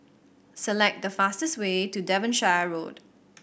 select the fastest way to Devonshire Road